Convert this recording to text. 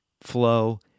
flow